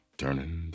turning